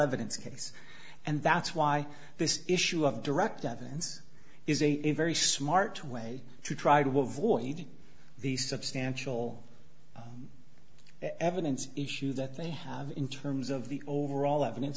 evidence case and that's why this issue of direct evidence is a very smart way to try to avoid the substantial evidence issue that they have in terms of the overall evidence